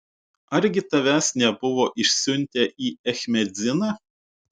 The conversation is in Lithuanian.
argi tavęs nebuvo išsiuntę į ečmiadziną